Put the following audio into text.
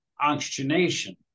oxygenation